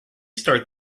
start